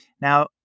Now